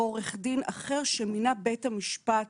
או עו"ד שמינה בית-המשפט